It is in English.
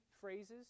phrases